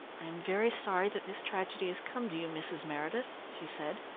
i am very sorry that this tragedy has come to you, mrs. meredith, she said.